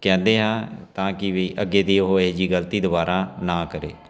ਕਹਿੰਦੇ ਹਾਂ ਤਾਂ ਕਿ ਵੀ ਅੱਗੇ ਦੀ ਉਹ ਇਹੋ ਜਿਹੀ ਗਲਤੀ ਦੁਬਾਰਾ ਨਾ ਕਰੇ